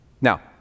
Now